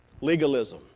Legalism